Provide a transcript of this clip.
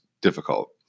difficult